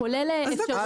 אפשר